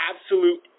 absolute